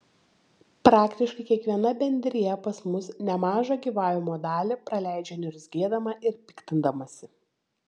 praktiškai kiekviena bendrija pas mus nemažą gyvavimo dalį praleidžia niurzgėdama ir piktindamasi